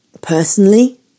personally